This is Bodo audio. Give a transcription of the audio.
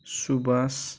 सुबास